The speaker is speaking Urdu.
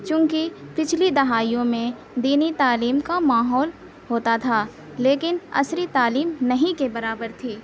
چونکہ پچھلی دہائیوں میں دینی تعلیم کا ماحول ہوتا تھا لیکن عصری تعلیم نہیں کے برابر تھی